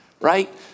Right